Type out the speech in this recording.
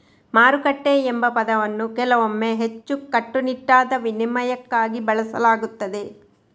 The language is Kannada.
ಮಾರುಕಟ್ಟೆ ಎಂಬ ಪದವನ್ನು ಕೆಲವೊಮ್ಮೆ ಹೆಚ್ಚು ಕಟ್ಟುನಿಟ್ಟಾದ ವಿನಿಮಯಕ್ಕಾಗಿ ಬಳಸಲಾಗುತ್ತದೆ